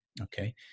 Okay